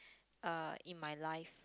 uh in my life